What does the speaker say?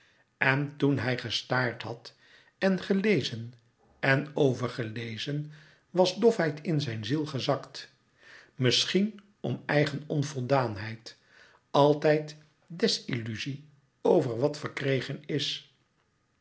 en toen hij gestaard had en gelezen en overgelezen was dofheid in zijn ziel gezakt misschien om eigen onvoldaanheid altijd desilluzie over wat verkregen is